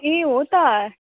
ए हो त